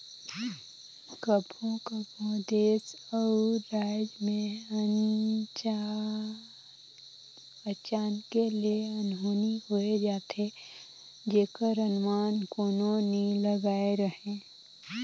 कभों कभों देस अउ राएज में अचानके ले अनहोनी होए जाथे जेकर अनमान कोनो नी लगाए रहें